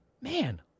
Man